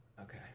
Okay